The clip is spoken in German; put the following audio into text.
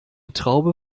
traube